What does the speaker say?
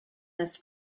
this